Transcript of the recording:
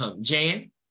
Jan